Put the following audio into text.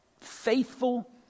faithful